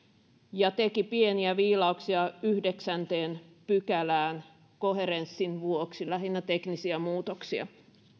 ja teki pieniä viilauksia yhdeksänteen pykälään koherenssin vuoksi lähinnä teknisiä muutoksia